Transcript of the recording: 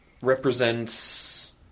represents